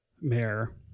Mayor